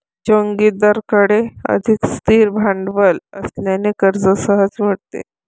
जोगिंदरकडे अधिक स्थिर भांडवल असल्याने कर्ज सहज मिळते